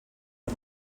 una